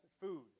food